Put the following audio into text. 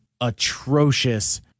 atrocious